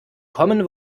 common